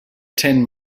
ten